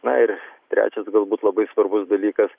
na ir trečias galbūt labai svarbus dalykas